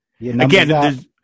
again